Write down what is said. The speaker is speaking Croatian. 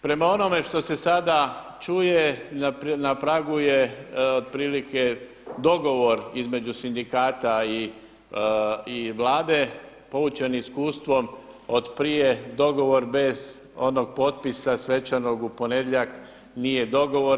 Prema onome što se sada čuje, na pragu je otprilike dogovor između sindikata i Vlade, poučeni iskustvom od prije dogovor bez onog potpisa svečanog u ponedjeljak nije dogovor.